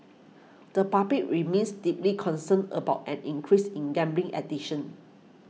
the public remains deeply concerned about an increase in gambling addiction